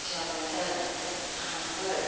Jonathan Humbert